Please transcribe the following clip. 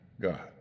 God